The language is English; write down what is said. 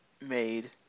made